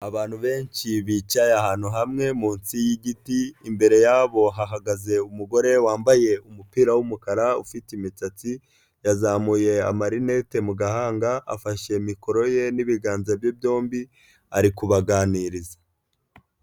Abantu benshi bicaye ahantu hamwe munsi y'igiti, imbere yabo hahagaze umugore wambaye umupira w'umukara ufite imisatsi yazamuye amalinette mu gahanga, afashe mikoro ye n'ibiganza bye byombi ari kubaganiriza.